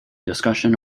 discussion